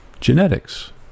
genetics